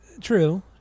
True